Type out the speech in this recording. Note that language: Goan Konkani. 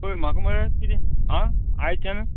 पळय म्हाका मरे किदें आं आयच्यान